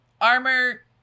armor